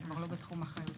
זה כבר לא בתחום אחריותנו.